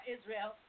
Israel